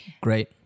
Great